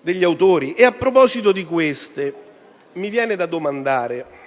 degli autori. E in proposito, mi viene da domandare: